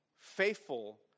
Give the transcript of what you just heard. Faithful